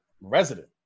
resident